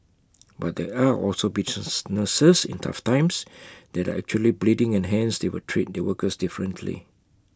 but there are also businesses in tough times that are actually bleeding and hence they would treat their workers differently